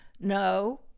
No